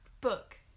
Book